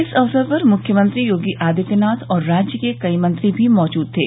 इस अवसर पर मुख्यमंत्री योगी आदित्यनाथ और राज्य के कई मंत्री भी मौजूद थे